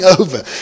over